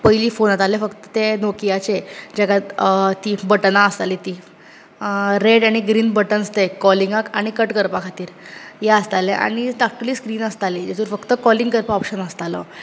पयली फोन येताले फक्त ते नोकीयाचे जेका ती बटनां आसताली ती आ रेड आनी ग्रीन बटन्स ते कॉलिंगाक आनी कट करपा खातीर हे आसताले आनी धाकटूली स्क्रिन आसताली जितूंत फक्त कॉलिंग करपाक ऑप्शन आसतालो